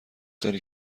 داری